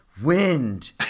wind